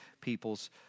people's